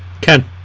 Ken